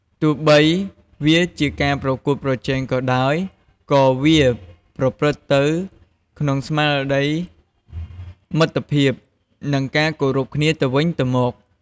ទោះបីវាជាការប្រកួតប្រជែងក៏ដោយ ក៏វាប្រព្រឹត្តទៅក្នុងស្មារតីមិត្តភាព និងការគោរពគ្នាទៅវិញទៅមក។